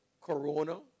corona